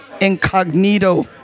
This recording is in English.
incognito